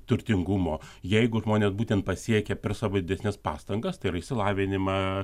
turtingumo jeigu žmonės būtent pasiekia per savo didesnes pastangas tai yra išsilavinimą